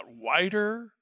wider